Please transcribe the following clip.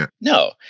no